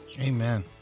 Amen